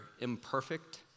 imperfect